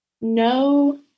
no